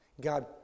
God